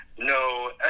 No